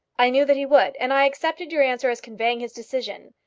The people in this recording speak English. i knew that he would, and i accepted your answer as conveying his decision.